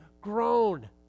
grown